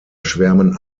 schwärmen